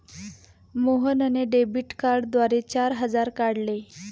मोहनने डेबिट कार्डद्वारे चार हजार काढले